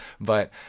but-